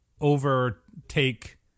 overtake